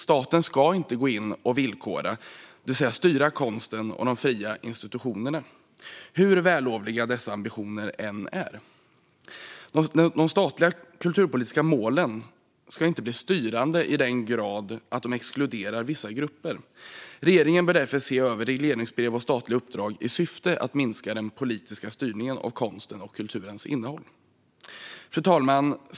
Staten ska inte gå in och villkora, det vill säga styra, konsten och de fria institutionerna, hur vällovliga dessa ambitioner än är. De statliga kulturpolitiska målen ska inte bli styrande i den grad att de exkluderar vissa grupper. Regeringen bör därför se över regleringsbrev och statliga uppdrag i syfte att minska den politiska styrningen av konstens och kulturens innehåll. Fru talman!